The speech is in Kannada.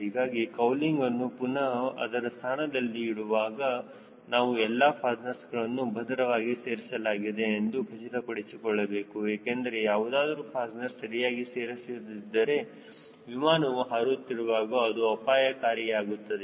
ಹೀಗಾಗಿ ಕೌಲಿಂಗ್ಅನ್ನು ಪುನಹ ಅದರ ಸ್ಥಾನದಲ್ಲಿ ಇಡುವಾಗ ನಾವು ಎಲ್ಲಾ ಫಾಸ್ಟ್ನರ್ಸ್ಗಳನ್ನು ಭದ್ರವಾಗಿ ಸೇರಿಸಲಾಗಿದೆ ಎಂದು ಖಚಿತಪಡಿಸಿಕೊಳ್ಳಬೇಕು ಏಕೆಂದರೆ ಯಾವುದಾದರೂ ಫಾಸ್ಟ್ನರ್ಸ್ ಸರಿಯಾಗಿ ಸೇರಿಸದಿದ್ದರೆ ವಿಮಾನವು ಹಾರುತ್ತಿರುವಾಗ ಅದು ಅಪಾಯಕಾರಿಯಾಗುತ್ತದೆ